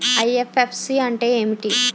IFSC అంటే ఏమిటి?